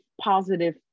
positive